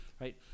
right